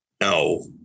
no